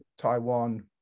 Taiwan